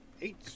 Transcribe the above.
Eight